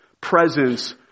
presence